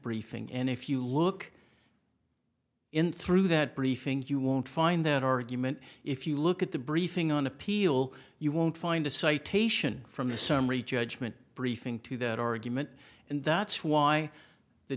briefing and if you look in through that briefings you won't find that argument if you look at the briefing on appeal you won't find a citation from the summary judgment briefing to that argument and that's why the